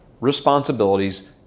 responsibilities